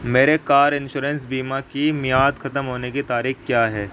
میرے car insurance بیمہ کی میعاد ختم ہونے کی تاریخ کیا ہے